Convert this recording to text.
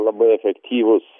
labai efektyvus